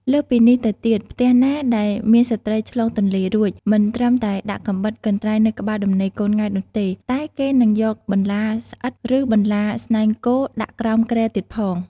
លើសពីនេះទៅទៀតផ្ទះណាដែលមានស្ត្រីឆ្លងទន្លេរួច មិនត្រឹមតែដាក់កាំបិត កន្ត្រៃនៅក្បាលដំណេកកូនង៉ែតនោះទេ តែគេនឹងយកបន្លាស្អិត ឬបន្លាស្នែងគោដាក់ក្រោមគ្រែទៀតផង។